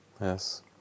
Yes